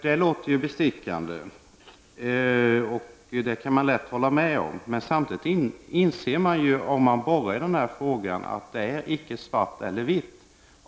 Det låter ju bestickande, och det kan man lätt hålla med om. Men samtidigt inser man, om man borrar i den här frågan, att det inte gäller svart eller vitt.